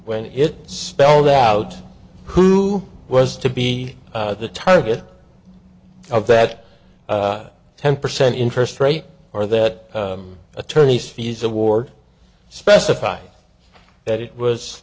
when it spelled out who was to be the target of that ten percent interest rate or that attorney's fees award specify that it was